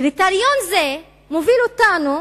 קריטריון זה מוביל אותנו